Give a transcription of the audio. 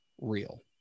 real